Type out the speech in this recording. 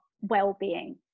well-being